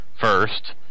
first